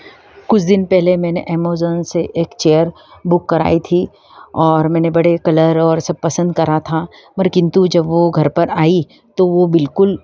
कुछ दिन पहले मैंने अमोजोन से एक चेयर बुक कराई थी और मैंने बड़े कलर और सब पसंद करा था पर किन्तु जब वह घर पर आई तो वह बिलकुल